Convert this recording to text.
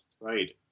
Right